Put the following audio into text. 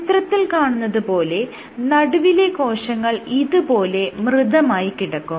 ചിത്രത്തിൽ കാണുന്നത് പോലെ നടുവിലെ കോശങ്ങൾ ഇതുപോലെ മൃതമായി കിടക്കും